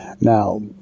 Now